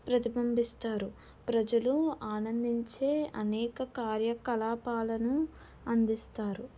ప్రతిభంబిస్తారు ప్రజలు ఆనందించే అనేక కార్యకలాపాలను అందిస్తారు